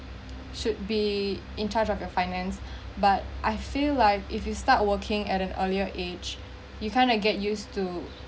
should be in charge of your finance but but I I feel like if you start working at an earlier age you kind of get used to